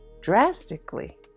drastically